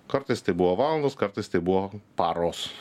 kartais tai buvo valandos kartais tai buvo paros